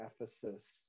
Ephesus